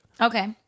Okay